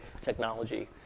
technology